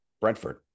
Brentford